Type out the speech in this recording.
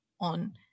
on